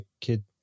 kid